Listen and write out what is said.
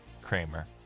Kramer